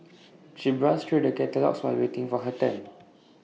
she browsed through the catalogues while waiting for her turn